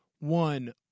One